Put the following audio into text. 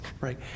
right